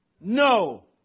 No